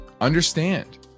Understand